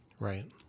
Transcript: Right